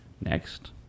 next